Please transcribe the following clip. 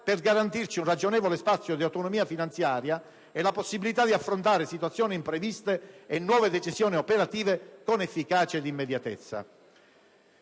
per garantirci un ragionevole spazio di autonomia finanziaria e la possibilità di affrontare situazioni impreviste e nuove decisioni operative con efficacia ed immediatezza.